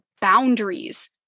boundaries